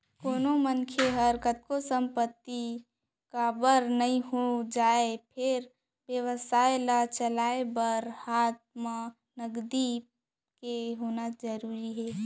कोनो मनसे करा कतको संपत्ति काबर नइ हो जाय फेर बेवसाय ल चलाय बर हात म नगदी के होना जरुरी हे